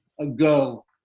ago